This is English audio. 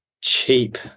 cheap